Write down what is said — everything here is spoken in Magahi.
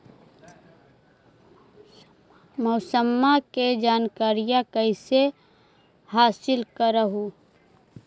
मौसमा के जनकरिया कैसे हासिल कर हू?